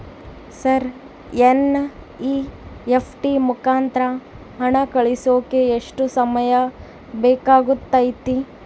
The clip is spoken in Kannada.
ಸರ್ ಎನ್.ಇ.ಎಫ್.ಟಿ ಮುಖಾಂತರ ಹಣ ಕಳಿಸೋಕೆ ಎಷ್ಟು ಸಮಯ ಬೇಕಾಗುತೈತಿ?